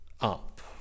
up